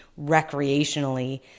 recreationally